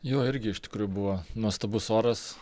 jo irgi iš tikrųjų buvo nuostabus oras